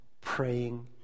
praying